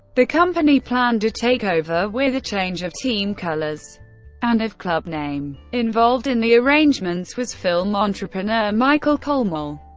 the company planned a takeover, with a change of team colours and of club name. involved in the arrangements was film entrepreneur michael kolmel,